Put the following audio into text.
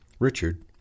Richard